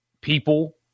people